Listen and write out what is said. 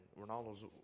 Ronaldo's